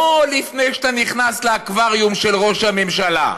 לא לפני שאתה נכנס לאקווריום של ראש הממשלה,